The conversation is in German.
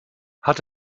hat